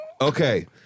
Okay